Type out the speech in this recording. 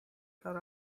cut